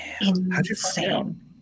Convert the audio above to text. Insane